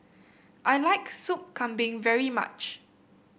I like Soup Kambing very much